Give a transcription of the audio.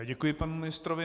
Děkuji panu ministrovi.